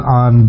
on